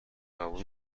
قبول